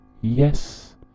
Yes